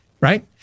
Right